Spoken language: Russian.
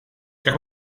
как